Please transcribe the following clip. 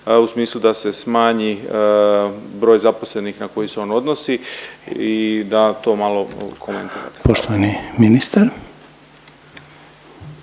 u smislu da se smanji broj zaposlenih na koji se on odnosi i da to malo komentirate. Hvala. **Reiner,